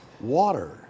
Water